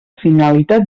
finalitat